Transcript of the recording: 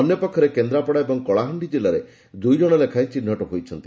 ଅନ୍ୟପକ୍ଷରେ କେନ୍ଦ୍ରାପଡା ଓ କଳାହାଣ୍ଡି ଜିଲ୍ଲାରେ ଦୁଇଜଣ ଲେଖାଏଁ ଚିହ୍ନଟ ହୋଇଛନ୍ତି